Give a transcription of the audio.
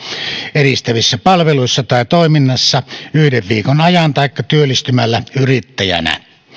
edistävissä palveluissa tai toiminnassa yhden viikon ajan taikka työllistymällä yrittäjänä